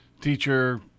teacher